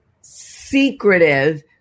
secretive